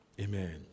Amen